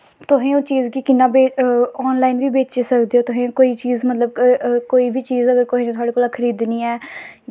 तुस ओह् चीज गी कि'यां आनलाइन बी बेची सकदे ओ तुस कोई चीज मतलब कोई बी चीज़ अगर कोई थोआढ़े कोला खरीदनी ऐ